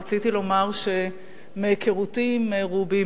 רציתי לומר שמהיכרותי עם רובי,